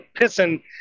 pissing